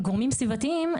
גורמים סביבתיים,